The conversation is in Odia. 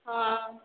ହଁ